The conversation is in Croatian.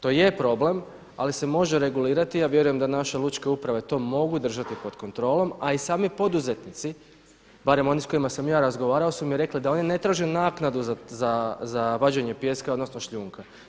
To je problem, ali se može regulirati a vjerujem da naše lučke uprave to mogu držati pod kontrolom a i sami poduzetnici barem oni s kojima sam ja razgovarao su mi rekli da oni ne traže naknadu za vađenje pijeska odnosno šljunka.